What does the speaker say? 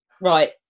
Right